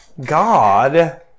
God